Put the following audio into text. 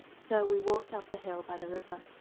so, we walked up the hill by the river.